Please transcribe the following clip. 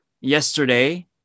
Yesterday